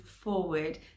forward